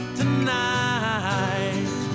tonight